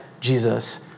Jesus